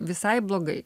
visai blogai